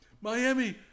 Miami